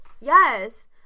Yes